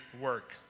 work